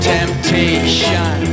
Temptation